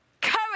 Courage